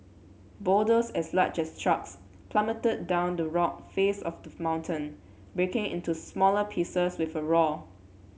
boulders as large as trucks plummeted down the rock face of the mountain breaking into smaller pieces with a roar